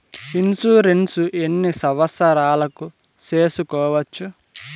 Insurance ఎన్ని సంవత్సరాలకు సేసుకోవచ్చు?